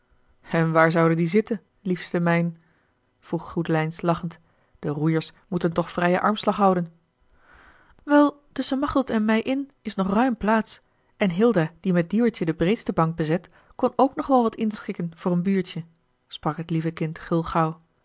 en waar zouden die zitten liefste mijne vroeg groedelijns lachend de roeiers moeten toch vrijen armslag houden wel tusschen machteld en mij in is nog ruim plaats en hilda die met dieuwertje de breedste bank bezet kon ook nog wel wat inschikken voor een buurtje sprak het lieve kind gulgauw